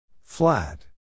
Flat